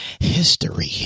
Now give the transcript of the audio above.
history